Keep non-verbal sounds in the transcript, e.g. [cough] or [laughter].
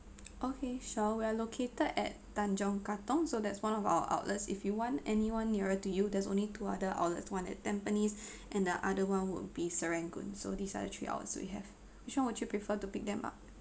okay sure we are located at tanjong katong so that's one of our outlets if you want anyone nearer to you there's only two other outlets one at tampines [breath] and the other one would be serangoon so these are the three outlets we have which one would you prefer to pick them up